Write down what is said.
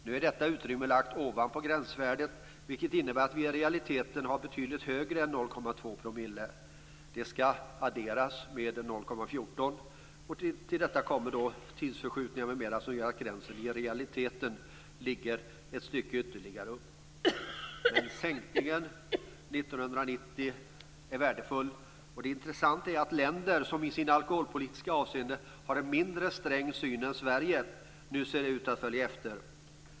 Nu är detta utrymme lagt ovanpå gränsvärdet, vilket i realiteten innebär att vi har en betydligt högre gräns än 0,2 %. Den siffran skall adderas med som gör att gränsvärdet i realiteten ligger ytterligare ett stycke högre. Sänkningen som genomfördes 1990 är värdefull. Det är intressant att länder som i alkoholpolitiskt avseende har en mindre sträng syn än Sverige nu ser ut att följa efter.